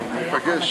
ענייני,